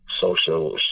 social